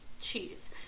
cheese